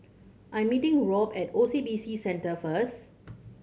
I'm meeting Robb at O C B C Centre first